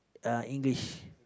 uh English